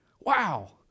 Wow